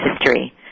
history